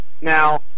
Now